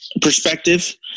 perspective